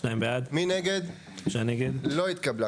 הצבעה בעד, 2 נגד, 3 נמנעים, 0 הרביזיה לא התקבלה.